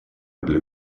для